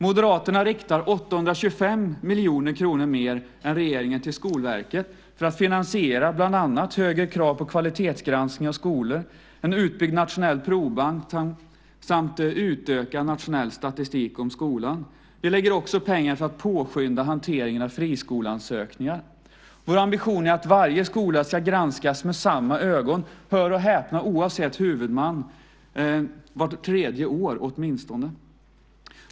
Moderaterna riktar 825 miljoner kronor mer än regeringen till Skolverket för att finansiera bland annat högre krav på kvalitetsgranskning av skolor, en utbyggd nationell provbank samt en utökad nationell statistik om skolan. Vi lägger också pengar för att påskynda hanteringen av friskoleansökningar. Vår ambition är att varje skola ska granskas med samma ögon, hör och häpna, oavsett huvudman, åtminstone vart tredje år.